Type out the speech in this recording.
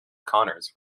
connors